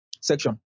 section